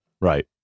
Right